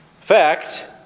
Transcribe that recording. fact